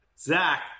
Zach